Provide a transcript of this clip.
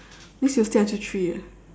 means you stay until three ah